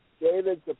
David